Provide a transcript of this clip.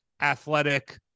athletic